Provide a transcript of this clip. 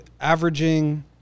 averaging